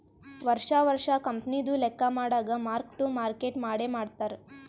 ವರ್ಷಾ ವರ್ಷಾ ಕಂಪನಿದು ಲೆಕ್ಕಾ ಮಾಡಾಗ್ ಮಾರ್ಕ್ ಟು ಮಾರ್ಕೇಟ್ ಮಾಡೆ ಮಾಡ್ತಾರ್